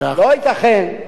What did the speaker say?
לא ייתכן.